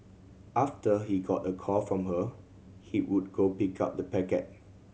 after he got a call from her he would go pick up the packet